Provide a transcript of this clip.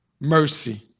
mercy